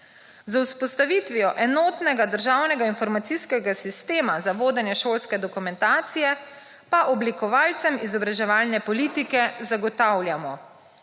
Z vzpostavitvijo enotnega državnega informacijskega sistema za vodenje šolske dokumentacije, pa oblikovalcem izobraževalne politike zagotavljamo: